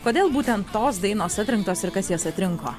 kodėl būtent tos dainos atrinktos ir kas jas atrinko